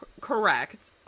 Correct